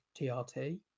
TRT